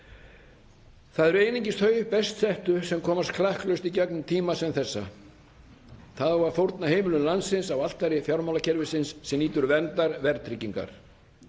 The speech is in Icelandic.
Það eru einungis þeir best settu sem komast klakklaust í gegnum tíma sem þessa. Það á að fórna heimilum landsins á altari fjármálakerfisins sem nýtur verndar verðtryggingar.